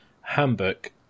Handbook